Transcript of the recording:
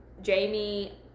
Jamie